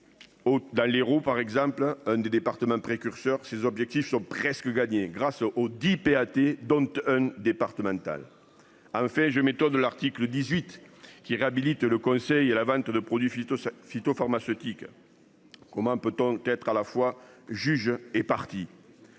Dans l'Hérault par exemple, un des départements précurseur, ces objectifs sont presque gagné grâce au 10 AT dont. Départemental. Ah au fait je m'étonne de l'article 18 qui réhabilite le conseil et la vente de produits phyto-sitôt pharmaceutique. Qu'un peu temps qu'être à la fois juge et partie.